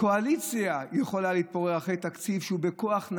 שקואליציה יכולה להתפורר אחרי תקציב שנעשה בכוח,